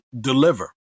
deliver